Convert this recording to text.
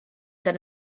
dan